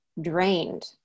drained